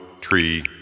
tree